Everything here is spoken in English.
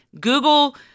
Google